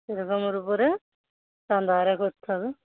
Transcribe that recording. এরকমের ওপরে তার বাইরে করতে হবে